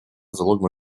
залогом